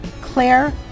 Claire